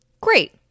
Great